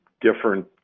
different